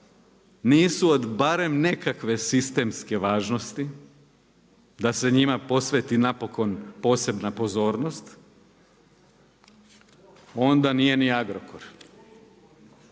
nisu od barem nekakve sistemske važnosti da se njima posveti napokon posebna pozornost onda nije ni Agrokor.